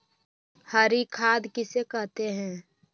हरी खाद किसे कहते हैं?